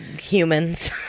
Humans